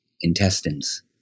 intestines